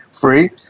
free